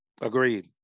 Agreed